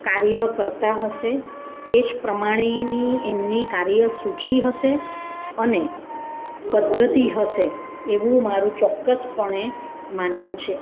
કાર્ય કરતા હશે એ જ પ્રમાણેની એમની કાર્ય સૂચિ હશે અને પદ્ધતિ હશે એવું મારું ચોક્કસપણે માનવું છે